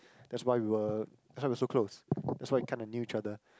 that's why we were that's why we so close that's why kinda knew each other